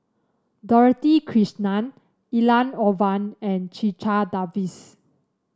Dorothy Krishnan Elangovan and Checha Davies